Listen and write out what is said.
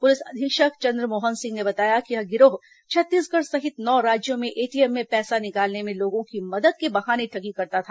police अधीक्षक चंद्रमोहन सिंह ने बताया कि यह गिरोह छत्तीसगढ़ सहित नौ राज्यों में एटीएम में पैसा निकालने में लोगों की मदद के बहाने ठगी करता था